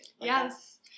Yes